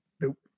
Nope